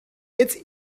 its